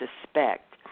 suspect